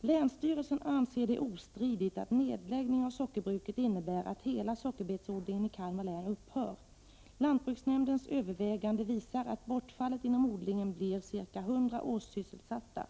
”Länsstyrelsen anser det ostridigt att nedläggning av sockerbruket innebär att hela sockerbetsodlingen i Kalmar län upphör. Lantbruksnämndens övervägande visar att bortfallet inom odlingen blir cirka 100 årssysselsatta.